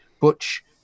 Butch